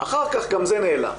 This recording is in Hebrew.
אחר כך גם זה נעלם.